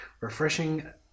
refreshing